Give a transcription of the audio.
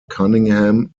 cunningham